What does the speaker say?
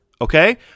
Okay